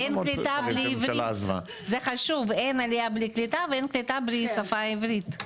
יש המון --- אין עליה בלי קליטה ואין קליטה בלי השפה העברית,